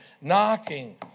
knocking